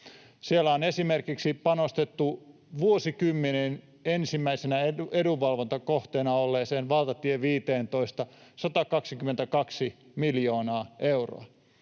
Siellä on esimerkiksi panostettu vuosikymmenen ensimmäisenä edunvalvontakohteena olleeseen valtatie 15:een 122 miljoonaa euroa,